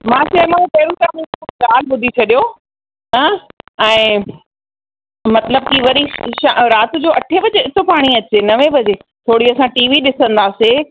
मां चयोमांव पहिरों तव्हां मुंहिंजी ॻाल्हि ॿुधी छॾियो ऐं मतलब कि वरी श शा राति जो अठे बजे थो पाणी अचे नवे बजे थोरी असां टी वी ॾिसंदासीं